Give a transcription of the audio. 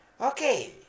Okay